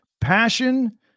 Passion